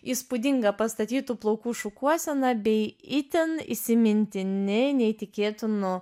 įspūdinga pastatytų plaukų šukuosena bei itin įsimintini neįtikėtinų